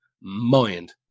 mind